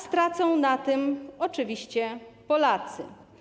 Stracą na tym oczywiście Polacy.